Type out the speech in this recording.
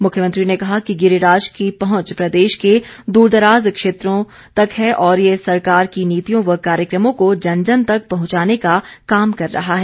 मुख्यमंत्री ने कहा कि गिरिराज की पहुंच प्रदेश के दूरदराज क्षेत्रों तक है और ये सरकार की नीतियों व कार्यक्रमों को जन जन तक पहुंचाने का काम कर रहा है